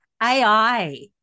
AI